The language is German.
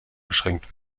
beschränkt